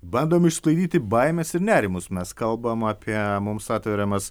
bandome išsklaidyti baimes ir nerimus mes kalbam apie mums atveriamas